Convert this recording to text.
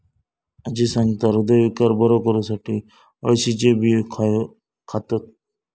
आजी सांगता, हृदयविकार बरो करुसाठी अळशीचे बियो खातत